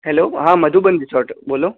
hello હા Madhuban resort બોલો